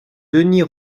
denys